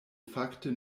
fakte